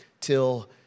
till